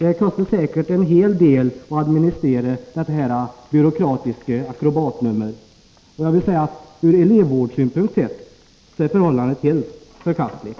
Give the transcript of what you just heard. Det kostar troligen en hel del att administrera detta byråkratiska akrobatnummer. Och från elevvårdssynpunkt är förhållandet helt förkastligt.